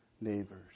neighbors